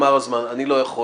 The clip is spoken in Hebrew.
תמר, היא לא השמיצה פה בן אדם.